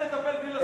איך תטפל בלי לחזור?